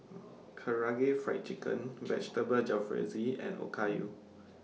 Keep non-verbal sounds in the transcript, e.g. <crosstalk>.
<hesitation> Karaage Fried Chicken Vegetable Jalfrezi and Okayu